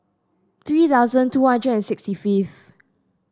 three thousand two hundred and sixty fifth